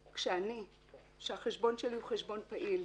את סקלת המכשירים שיש כאן ואני חושב שזו בהחלט התחלה של מפת דרכים.